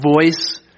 voice